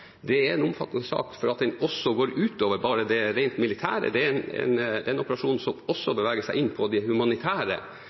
Det er en omfattende sak også fordi den går utover det rent militære. Det er en operasjon som også